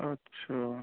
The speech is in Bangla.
আচ্ছা